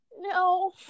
No